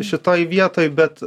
šitoj vietoj bet